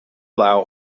allow